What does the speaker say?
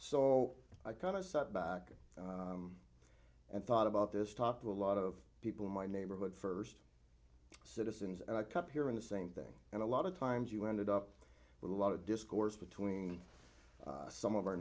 so i kind of sat back and thought about this talk to a lot of people in my neighborhood first citizens and i kept hearing the same thing and a lot of times you ended up with a lot of discourse between some of our